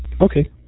Okay